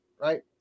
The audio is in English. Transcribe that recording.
right